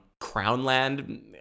Crownland